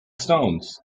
stones